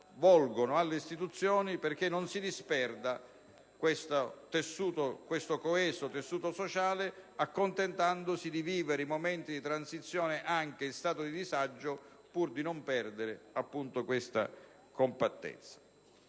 rivolgono alle istituzioni perché non si disperda questo coeso tessuto sociale, accontentandosi di vivere i momenti di transizione anche in stato di disagio pur di non perdere tale compattezza.